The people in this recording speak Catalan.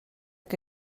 que